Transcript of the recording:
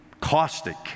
caustic